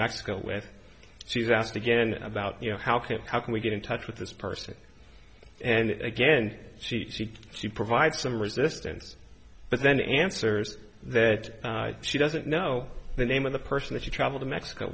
mexico with she's asked again about you know how can how can we get in touch with this person and again she seemed to provide some resistance but then answers that she doesn't know the name of the person that you travel to mexico